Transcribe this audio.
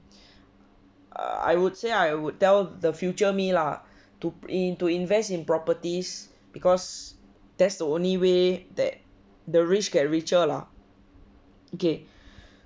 I would say I would tell the future me lah to in to invest in properties because that's the only way that the rich get richer lah okay